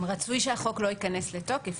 גם רצוי שהחוק לא ייכנס לתוקף